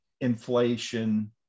inflation